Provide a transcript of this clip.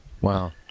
wow